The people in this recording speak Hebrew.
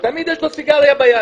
תמיד יש לו סיגריה ביד.